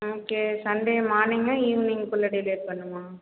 okay Sunday மார்னிங்கா ஈவினிங்க்குள்ளே delivery பண்ணும்மா